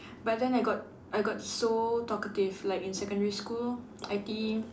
but then I got I got so talkative like in secondary school I think